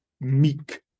meek